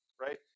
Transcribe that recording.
right